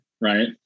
right